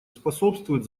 способствуют